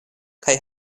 kaj